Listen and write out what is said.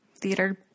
theater